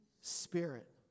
Spirit